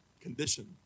Condition